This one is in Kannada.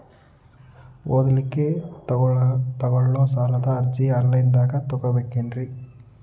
ಓದಲಿಕ್ಕೆ ತಗೊಳ್ಳೋ ಸಾಲದ ಅರ್ಜಿ ಆನ್ಲೈನ್ದಾಗ ತಗೊಬೇಕೇನ್ರಿ?